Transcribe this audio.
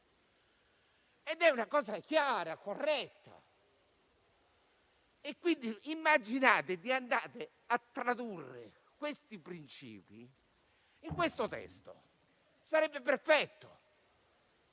ed è una cosa chiara e corretta. Quindi immaginate di andare a tradurre questi principi nel testo al nostro esame. Sarebbe perfetto.